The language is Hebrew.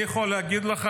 אני יכול להגיד לך,